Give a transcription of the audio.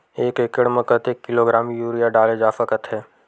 एक एकड़ म कतेक किलोग्राम यूरिया डाले जा सकत हे?